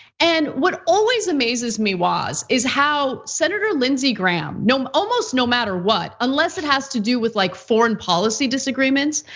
and what always amazes me was is how senator lindsey graham, almost um almost no matter what, unless it has to do with like foreign policy disagreements,